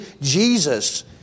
Jesus